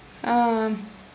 ah